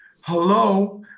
Hello